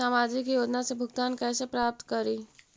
सामाजिक योजना से भुगतान कैसे प्राप्त करी?